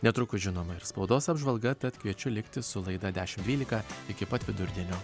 netrukus žinoma ir spaudos apžvalga tad kviečiu likti su laida dešimt dvylika iki pat vidurdienio